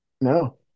no